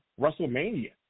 WrestleMania